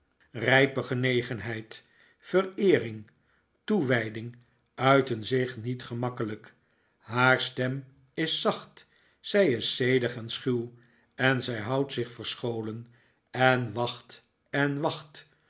rijpe genegenheid vereering toewijding uiten zich niet gemakkelijk haar stem is zacht zij is zedig en schuw zij noudt zich verscholen en wacht en wacht